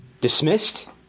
Dismissed